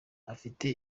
afite